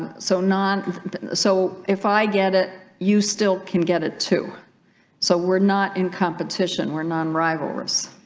so non so if i get it you still can get it too so we're not in competition we're non-rival hrus